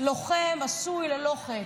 לוחם עשוי ללא חת.